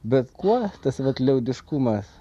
bet kuo tas vat liaudiškumas